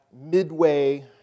midway